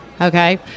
okay